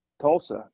Tulsa